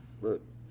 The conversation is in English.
look